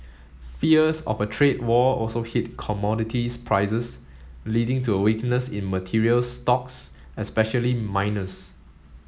fears of a trade war also hit commodities prices leading to a weakness in materials stocks especially miners